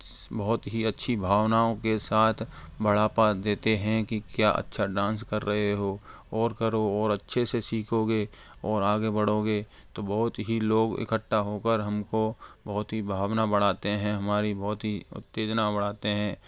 बहुत ही अच्छी भावनाओं के साथ बढ़ा पा देते हैं कि क्या अच्छा डांस कर रहे हो और करो और अच्छे से सीखोगे और आगे बढ़ोगे तो बहुत ही लोग इकट्ठा होकर हमको बहुत ही भावना बढ़ाते हैं हमारी बहुत ही उत्तेजना बढ़ाते हैं